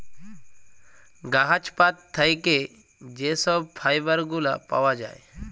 গাহাচ পাত থ্যাইকে যে ছব ফাইবার গুলা পাউয়া যায়